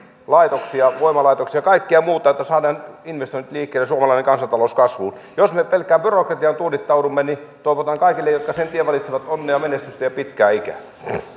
laitoksia voimalaitoksia kaikkea muuta että saadaan investoinnit liikkeelle suomalainen kansantalous kasvuun jos me pelkkään byrokratiaan tuudittaudumme niin toivotan kaikille jotka sen tien valitsevat onnea menestystä ja pitkää ikää